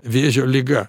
vėžio liga